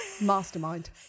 mastermind